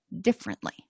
differently